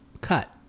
cut